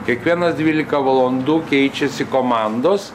kiekvienas dvylika valandų keičiasi komandos